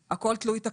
הכול זה תלוי תקציב.